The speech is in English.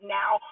now